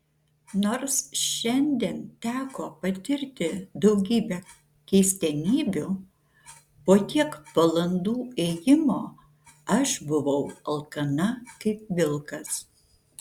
nors šiandien teko patirti daugybę keistenybių po tiek valandų ėjimo aš buvau alkana kaip vilkas